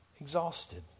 exhausted